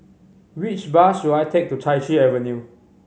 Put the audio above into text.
which bus should I take to Chai Chee Avenue